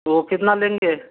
तो कितना लेंगे